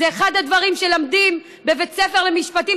זה אחד הדברים שלומדים בבית הספר למשפטים,